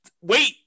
wait